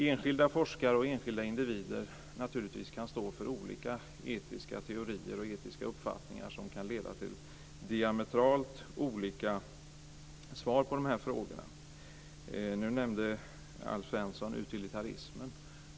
Enskilda forskare och enskilda individer kan naturligtvis stå för olika etiska teorier och etiska uppfattningar som kan leda till diametralt olika svar på dessa frågor. Nu nämnde Alf Svenssons utilitarismen.